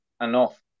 enough